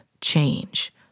change